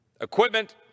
equipment